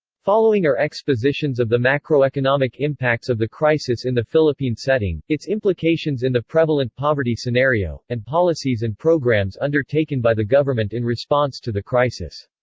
following are expositions of the macroeconomic impacts of the crisis in the philippine setting, its implications in the prevalent poverty scenario, and policies and programs undertaken by the government in response to the crisis.